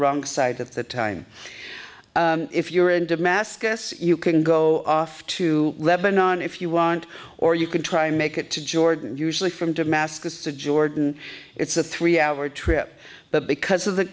wrong side of the time if you're in damascus you can go off to lebanon if you want or you can try to make it to jordan usually from damascus to jordan it's a three hour trip but because of the